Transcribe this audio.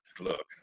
look